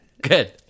Good